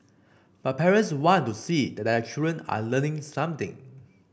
but parents want to see that their children are learning something